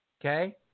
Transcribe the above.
Okay